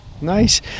Nice